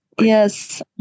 Yes